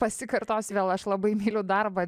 pasikartosiu vėl aš labai myliu darbą